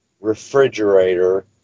refrigerator